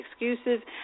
excuses